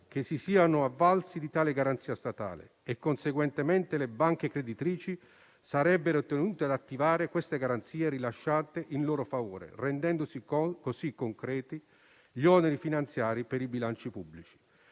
che si siano avvalsi di tali garanzie statali e, conseguentemente, le banche creditrici sarebbero tenute ad attivare queste garanzie rilasciate in loro favore rendendosi così concreti gli oneri finanziari per i bilanci pubblici.